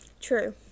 True